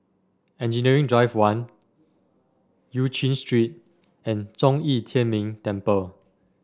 Engineering Drive One Eu Chin Street and Zhong Yi Tian Ming Temple